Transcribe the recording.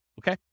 okay